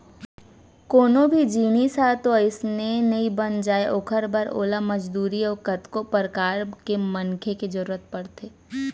कोनो भी जिनिस ह तो अइसने नइ बन जाय ओखर बर ओला मजदूरी अउ कतको परकार के मनखे के जरुरत परथे